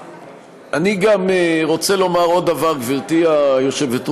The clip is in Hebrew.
אני גם רוצה לומר עוד דבר, גברתי היושבת-ראש.